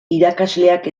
irakasleak